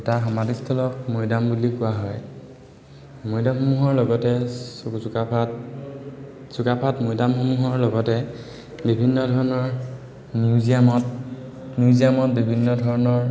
এটা সমাধিস্থলক মৈদাম বুলি কোৱা হয় মৈদামসমূহৰ লগতে চুকাফাত চুকাফাত মৈদামসমূহৰ লগতে বিভিন্ন ধৰণৰ মিউজিয়ামত মিউজিয়ামত বিভিন্ন ধৰণৰ